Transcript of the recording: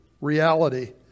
reality